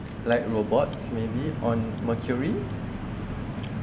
like robots maybe on mercury is it mercury